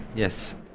yes.